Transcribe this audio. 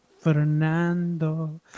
Fernando